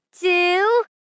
two